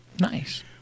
Nice